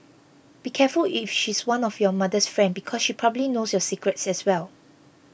be careful if she's one of your mother's friend because she probably knows your secrets as well